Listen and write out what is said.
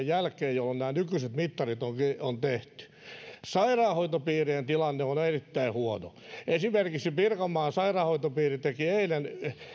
jälkeen jolloin nämä nykyiset mittarit on tehty sairaanhoitopiirien tilanne on erittäin huono esimerkiksi pirkanmaan sairaanhoitopiiri teki eilen